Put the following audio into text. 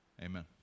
amen